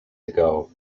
ago